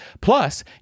Plus